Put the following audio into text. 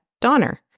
Donner